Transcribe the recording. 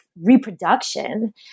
reproduction